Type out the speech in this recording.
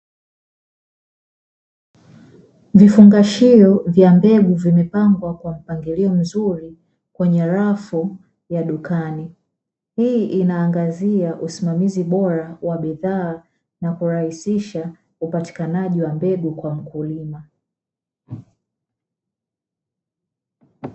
Vifungashio vya mbegu vimepangwa kwa mpangilio mzuri kwenye rafu ya dukani, hii inaangazia usimamizi bora wa bidhaa na kurahisisha upatikanaji wa mbegu kwa mkulima.